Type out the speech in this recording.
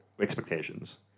expectations